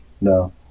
No